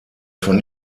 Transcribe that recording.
von